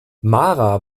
mara